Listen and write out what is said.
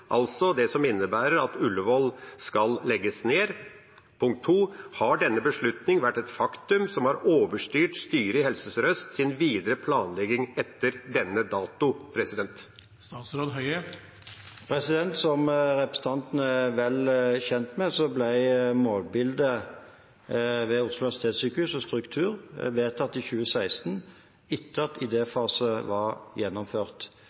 altså det som innebærer at Ullevål skal legges ned? Og punkt 2: Har denne beslutningen vært et faktum som har overstyrt styret i Helse Sør-Østs videre planlegging etter denne dato? Som representanten er vel kjent med, ble målbildet ved Oslo universitetssykehus, og struktur, vedtatt i 2016 – etter at idéfase var gjennomført.